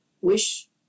WISH